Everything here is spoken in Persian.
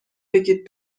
بگید